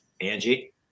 Angie